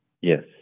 Yes